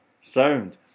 sound